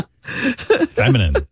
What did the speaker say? feminine